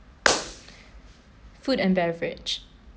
food and beverage